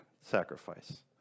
sacrifice